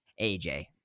aj